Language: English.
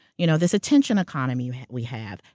you know this attention economy we have.